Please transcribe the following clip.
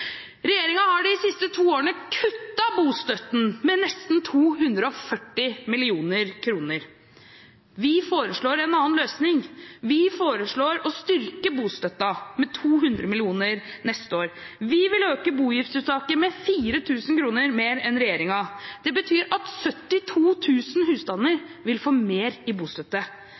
har de siste to årene kuttet bostøtten med nesten 240 mill. kr. Vi foreslår en annen løsning: Vi foreslår å styrke bostøtten med 200 mill. kr neste år. Vi vil øke boutgiftstaket med 4 000 kr mer enn regjeringen. Det betyr at 72 000 husstander